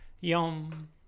yum